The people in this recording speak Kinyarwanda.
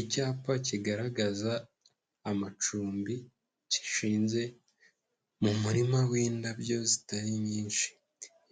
Icyapa kigaragaza amacumbi gishinze mu murima w'indabyo zitari nyinshi,